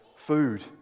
food